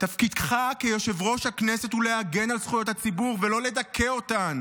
תפקידך כיושב-ראש הכנסת הוא להגן על זכויות הציבור ולא לדכא אותן.